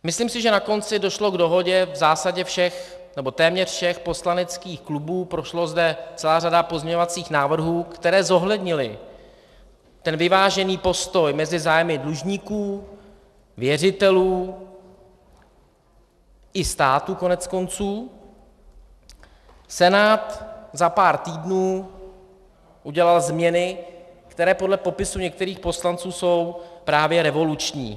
Myslím si, že na konci došlo k dohodě v zásadě téměř všech poslaneckých klubů, prošla zde celá řada pozměňovacích návrhů, které zohlednily ten vyvážený postoj mezi zájmy dlužníků, věřitelů i státu, koneckonců Senát za pár týdnů udělal změny, které podle popisu některých poslanců jsou právě revoluční.